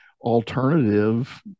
alternative